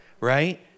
right